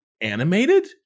animated